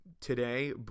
today